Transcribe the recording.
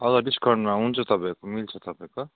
हजुर डिस्काउन्टमा हुन्छ तपाईँको मिल्छ तपाईँको